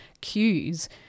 cues